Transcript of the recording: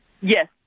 Yes